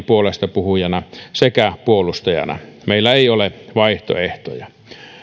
puolestapuhujana sekä puolustajana meillä ei ole vaihtoehtoja no